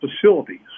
facilities